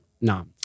no